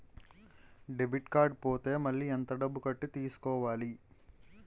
Debit card పోతే మళ్ళీ ఎంత డబ్బు కట్టి తీసుకోవాలి?